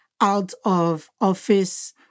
out-of-office